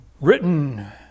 written